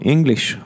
English